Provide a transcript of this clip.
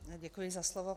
Děkuji za slovo.